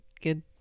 good